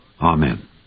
Amen